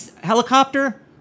helicopter